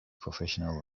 professional